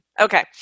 Okay